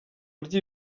buryo